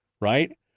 right